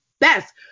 best